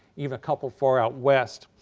even a couple far out west.